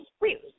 Wait